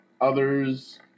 Others